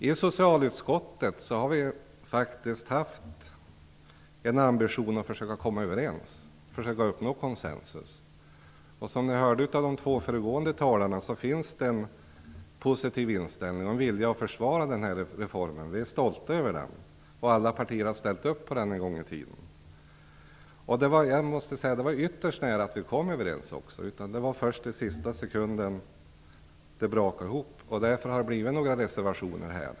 I socialutskottet har vi faktiskt haft en ambition att försöka komma överens, att uppnå konsensus. Som vi hörde av de två föregående talarna finns det en positiv inställning och en vilja att försvara reformen. Vi är stolta över den, och alla partier har en gång i tiden ställt sig bakom den. Det var också ytterst nära att vi kom överens. Det var först i sista sekunden som det brakade ihop. Det har därför blivit några reservationer här.